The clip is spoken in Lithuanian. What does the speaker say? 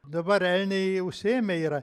dabar elniai užsiėmę yra